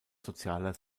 sozialer